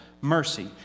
mercy